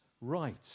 right